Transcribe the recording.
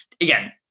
Again